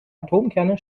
atomkerne